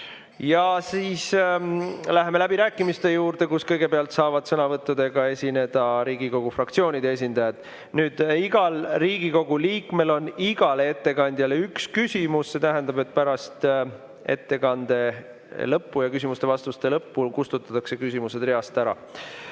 Siis läheme läbirääkimiste juurde. Kõigepealt saavad sõnavõttudega esineda Riigikogu fraktsioonide esindajad. Igal Riigikogu liikmel on igale ettekandjale [võimalik esitada] üks küsimus. See tähendab, et pärast ettekande ja küsimuste‑vastuste [vooru] lõppu kustutatakse küsimused reast ära.